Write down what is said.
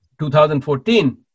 2014